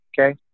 Okay